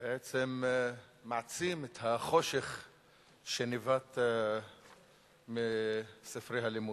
בעצם מעצים את החושך שניבט מספרי הלימוד.